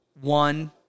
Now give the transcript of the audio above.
one